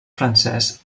francès